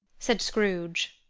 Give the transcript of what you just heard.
said scrooge,